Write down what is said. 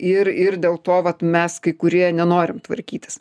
ir ir dėl to vat mes kai kurie nenorim tvarkytis